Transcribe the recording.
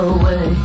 away